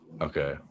Okay